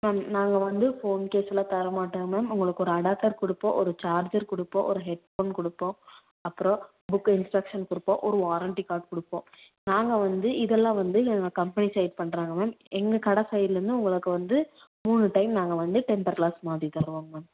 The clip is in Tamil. மேம் நாங்க வந்து ஃபோன் கேஸ் எல்லாம் தர மாட்டோம் மேம் உங்களுக்கு ஒரு அடாப்டர் கொடுப்போம் ஒரு சார்ஜர் கொடுப்போம் ஒரு ஹெட்ஃபோன் கொடுப்போம் அப்புறம் புக் இன்ஸ்ட்ரக்ஷன் கொடுப்போம் ஒரு வாரண்டி கார்ட் கொடுப்போம் நாங்கள் வந்து இதெல்லாம் வந்து எங்க கம்பெனி சைட் பண்ணுறாங்க மேம் எங்கள் கடை சைட்லருந்து உங்களுக்கு வந்து மூனு டைம் நாங்கள் வந்து டெம்பர் கிளாஸ் மாற்றி தருவோங்க மேம்